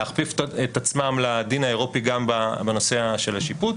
להכפיף את עצמם לדין האירופי גם בנושא של השיפוט,